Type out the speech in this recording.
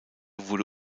wurde